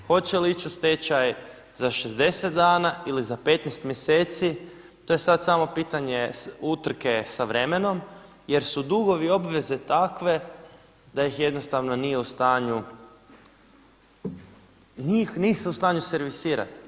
Hoće li ići u stečaj za 60 dana ili za 15 mjeseci to je sad samo pitanje utrke sa vremenom, jer su dugovi i obveze takve da ih jednostavno nije u stanju, nije ih se u stanju servisirati.